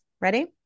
Ready